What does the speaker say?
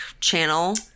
channel